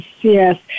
yes